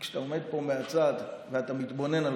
וכשאתה עומד פה מהצד ואתה מתבונן על